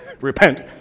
Repent